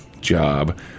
job